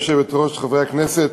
גברתי היושבת-ראש, חברי הכנסת,